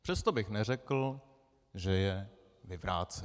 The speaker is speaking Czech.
Přesto bych neřekl, že je vyvrácen.